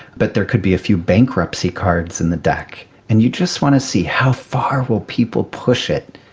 but there could be a few bankruptcy cards in the deck, and you just want to see how far will people push it,